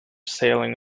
sailing